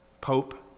Pope